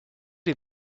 les